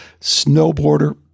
snowboarder